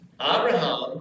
Abraham